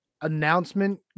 announcement